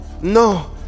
No